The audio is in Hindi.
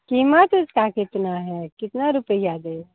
कीमत उसका कितना है कितना रुपये दे